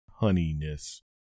honeyness